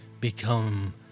become